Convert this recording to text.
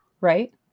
right